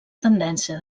tendència